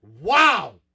Wow